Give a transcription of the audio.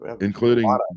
Including